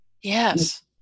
Yes